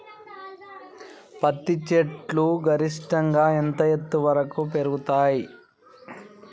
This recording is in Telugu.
పత్తి చెట్లు గరిష్టంగా ఎంత ఎత్తు వరకు పెరుగుతయ్?